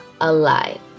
alive